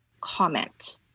comment